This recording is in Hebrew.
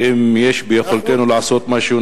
שאם יש ביכולתנו לעשות משהו,